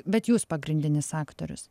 bet jūs pagrindinis aktorius